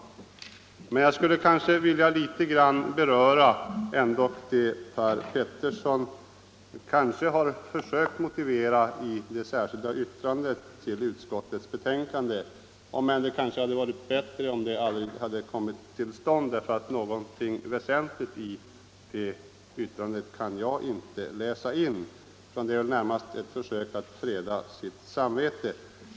Jag skulle emellertid också något vilja beröra det som herr Petersson i Gäddvik har försökt motivera i det särskilda yttrandet till utskottets betänkande — om än det hade varit bättre om detta yttrande aldrig kommit till stånd, för något väsentligt i det yttrandet kan jag inte läsa in. Det har väl närmast tillkommit som ett försök att freda samvetet.